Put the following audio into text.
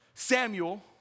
Samuel